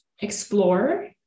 explore